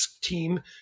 team